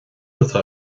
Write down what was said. atá